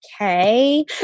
okay